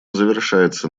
завершается